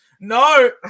no